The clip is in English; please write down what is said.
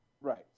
Right